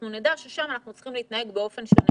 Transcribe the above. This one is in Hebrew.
אנחנו נדע ששם אנחנו צריכים להתנהג באופן שונה.